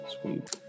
Sweet